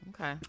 Okay